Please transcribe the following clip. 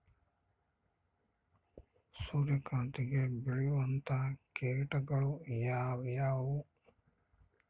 ಸೂರ್ಯಕಾಂತಿಗೆ ಬೇಳುವಂತಹ ಕೇಟಗಳು ಯಾವ್ಯಾವು?